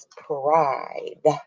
pride